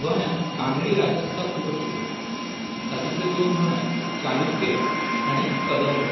गोंयांत कानडी राज्यसत्ता खूब आशिल्ल्यो तातुंतल्यो दोन म्हळ्यार चालुक्य आनी कदंब